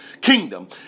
kingdom